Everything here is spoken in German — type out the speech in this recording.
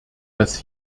dass